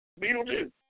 Beetlejuice